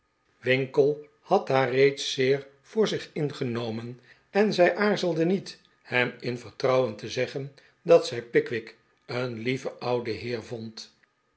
winkle had haar reeds zeer voor zich ingenomen en zij aarzelde niet hem in vertrouwen te zeggen dat zij pickwick een lieve oude heer vond